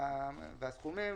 היישובים והסכומים.